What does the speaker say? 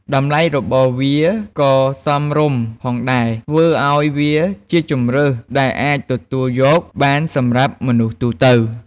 តម្លៃរបស់វាក៏សមរម្យផងដែរ ធ្វើឱ្យវាជាជម្រើសដែលអាចទទួលយកបានសម្រាប់មនុស្សទូទៅ។